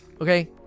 Okay